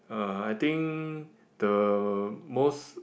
uh I think the most